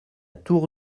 tour